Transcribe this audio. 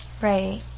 Right